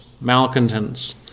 malcontents